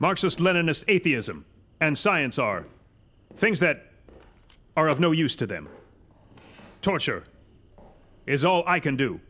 marxist leninist atheism and science are things that are of no use to them torture is all i can do